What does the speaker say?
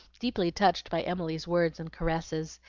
deeply touched by emily's words and caresses,